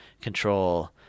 control